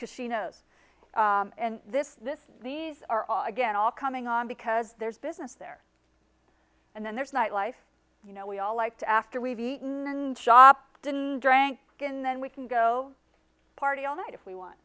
casinos and this this these are all again all coming on because there's business there and then there's nightlife you know we all like to after we've eaten shop didn't drank again then we can go party all night if we